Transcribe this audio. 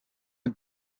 him